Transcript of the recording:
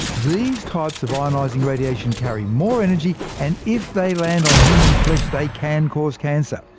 these types of ionising radiation carry more energy, and if they land on human flesh, they can cause cancer.